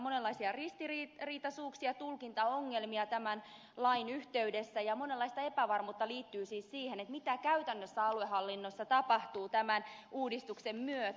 monenlaisia ristiriitaisuuksia tulkintaongelmia on tämän lain yhteydessä ja monenlaista epävarmuutta liittyy siis siihen mitä käytännössä aluehallinnossa tapahtuu tämän uudistuksen myötä